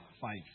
Five